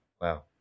wow